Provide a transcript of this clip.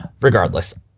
Regardless